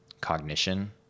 cognition